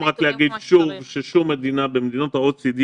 כמעט שום מדינה במדינות ה-OECD